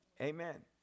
Amen